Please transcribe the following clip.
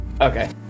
Okay